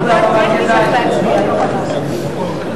לשנת התקציב 2011,